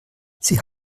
sie